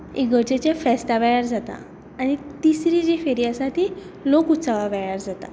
इगर्जेच्या फेस्ता वेळार जाता आनी तिसरी जी फेरी आसा ती लोकोत्सवा वेळार जाता